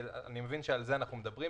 כי אני מבין שעל זה אנחנו מדברים,